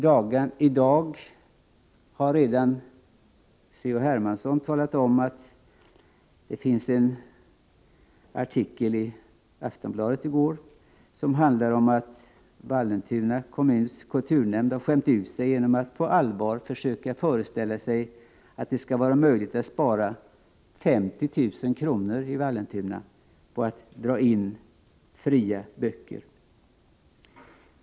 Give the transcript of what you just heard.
Hermansson har i dag redan talat om att det i en artikel i Aftonbladet stått att Vallentuna kommuns kulturnämnd har skämt ut sig genom att på allvar försöka föreställa sig att det skall vara möjligt att spara 50 000 kr. i Vallentuna på att dra in fria boklån.